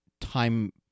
time